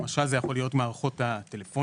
זה יכול להיות למשל מערכות הטלפוניה,